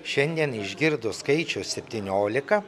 šiandien išgirdus skaičių septyniolika